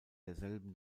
derselben